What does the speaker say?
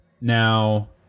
Now